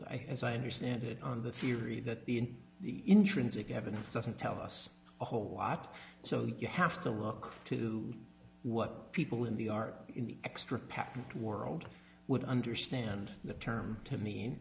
as i understand it on the theory that the in the intrinsic evidence doesn't tell us a whole lot so you have to look to what people in the are in the extra patent world would understand the term to mean